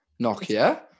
Nokia